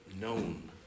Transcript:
known